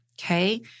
okay